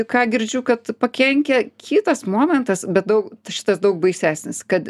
ką girdžiu kad pakenkia kitas momentas bet daug šitas daug baisesnis kad